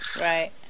Right